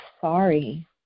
sorry